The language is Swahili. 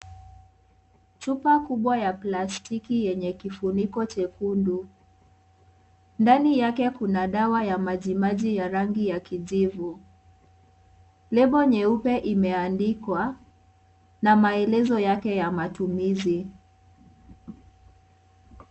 Chupa kubwa ya plastiki yenye kifuniko chekundu. Ndani yake kuna dawa ya majimaji ya rangi ya kijivu. Lebo nyeupe imeandikwa na maelezo yake ya matumizi.